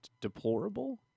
deplorable